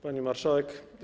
Pani Marszałek!